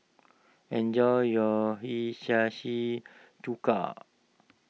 enjoy your Hiyashi Chuka